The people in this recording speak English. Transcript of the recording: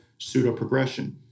pseudoprogression